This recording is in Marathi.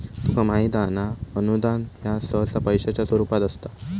तुका माहित हां ना, अनुदान ह्या सहसा पैशाच्या स्वरूपात असता